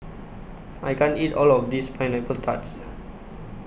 I can't eat All of This Pineapple Tart